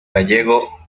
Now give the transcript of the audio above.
gallego